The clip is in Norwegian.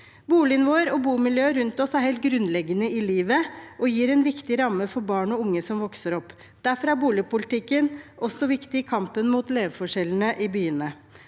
Boligen vår og bomiljøet rundt oss er helt grunnleggende i livet og gir en viktig ramme for barn og unge som vokser opp. Derfor er boligpolitikken også viktig i kampen mot levekårsforskjellene i byene.